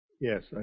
Yes